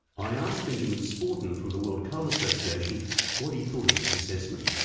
i asked benjamin sporton from the world coal association what he thought of this assessment.